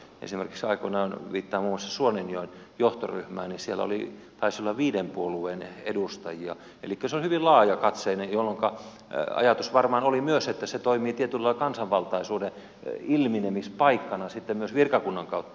esimerkiksi aikoinaan viittaan muun muassa suonenjoen johtoryhmään siellä taisi olla viiden puolueen edustajia elikkä se oli hyvin laajakatseinen jolloinka ajatus oli varmaan myös se että se toimii tietyllä lailla kansainvaltaisuuden ilmenemispaikkana sitten myös virkakunnan kautta